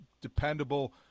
dependable